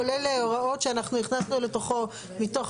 כולל הוראות שאנחנו הכנסנו לתוכו מתוך